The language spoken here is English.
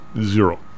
zero